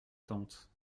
tante